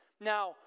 Now